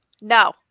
No